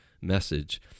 message